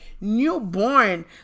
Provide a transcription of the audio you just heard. newborn